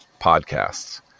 podcasts